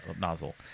nozzle